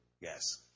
Yes